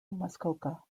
muskoka